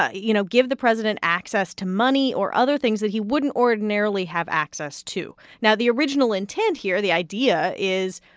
ah you know, give the president access to money or other things that he wouldn't ordinarily have access to. now, the original intent here the idea is,